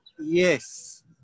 Yes